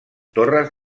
torres